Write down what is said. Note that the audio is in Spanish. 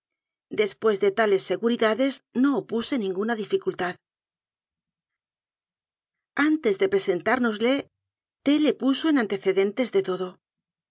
después de ta les seguridades no opuse ninguna dificultad antes de presentárnosle t le puso en antecedentes de todo